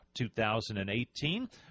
2018